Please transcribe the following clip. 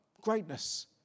Greatness